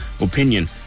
opinion